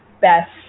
best